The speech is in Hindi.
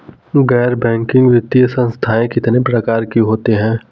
गैर बैंकिंग वित्तीय संस्थान कितने प्रकार के होते हैं?